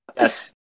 Yes